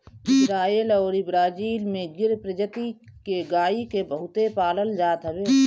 Israel अउरी Brazil में गिर प्रजति के गाई के बहुते पालल जात हवे